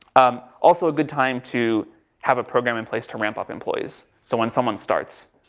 um also a good time to have a program in place to ramp up employees, so when someone starts,